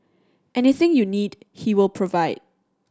anything you need he will provide